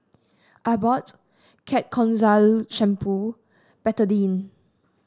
Abbott Ketoconazole Shampoo Betadine